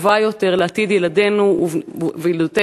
טובה יותר לעתיד ילדינו וילדותינו,